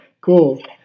Cool